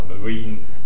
Marine